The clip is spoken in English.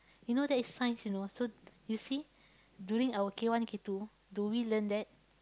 you know there is science you know so you see during our K one K two do we learn that